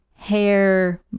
Hair